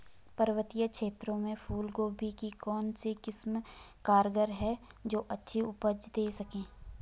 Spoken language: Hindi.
पर्वतीय क्षेत्रों में फूल गोभी की कौन सी किस्म कारगर है जो अच्छी उपज दें सके?